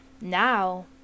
now